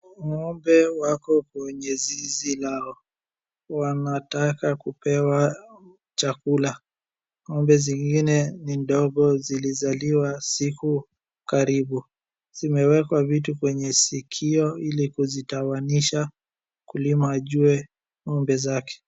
Ng'ombe wako kwenye zizi lao wanataka kupewa chakula ,ng'ombe zingine ni ndogo zilizaliwa siku karibu ,zimeekwa vitu kwenye sikio ili kuzitawanyisha mkulima ajue ng'ombe zake.